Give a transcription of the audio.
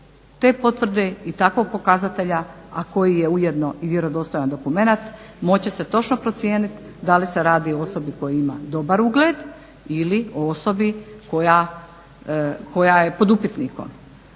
te potvrde i takvog pokazatelja, a koji je ujedno i vjerodostojan dokument moći će se točno procijenit da li se radi o osobi koja ima dobar ugled ili o osobi koja je pod upitnikom.